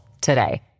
today